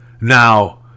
Now